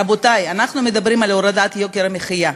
רבותי, אנחנו מדברים על הורדת יוקר המחיה,